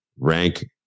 rank